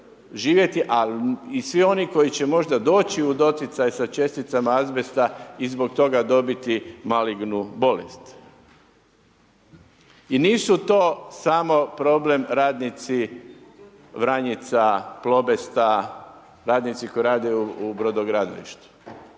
ali i svi oni koji će možda doći u doticaj sa česticama azbesta i zbog toga dobiti malignu bolest. I nisu to samo problem radnici Vranjica, Klobesta, radnici koji rade u brodogradilištu.